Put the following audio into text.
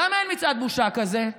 למה אין מצעד בושה כזה?